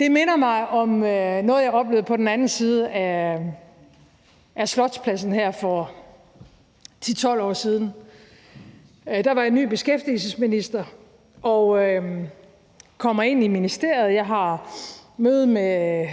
Det minder mig om noget, jeg oplevede på den anden side af Slotspladsen for 10-12 år siden. Der var jeg ny beskæftigelsesminister. Jeg kommer ind i ministeriet og har møde med